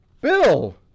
Bill